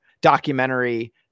documentary